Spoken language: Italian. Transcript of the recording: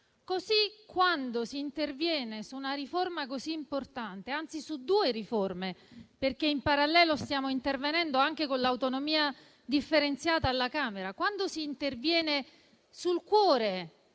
Così, quando si interviene su una riforma così importante, - anzi, su due riforme, perché in parallelo stiamo intervenendo anche con l'autonomia differenziata alla Camera -, quando si interviene sul cuore